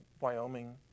Wyoming